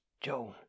Joan